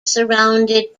surrounded